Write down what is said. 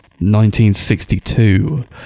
1962